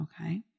Okay